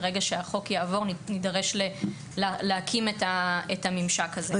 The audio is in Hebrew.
מרגע שהחוק יעבור נידרש להקים את הממשק הזה.